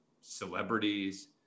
Celebrities